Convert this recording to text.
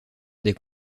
des